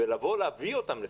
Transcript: ולהביא אותם בפניכם.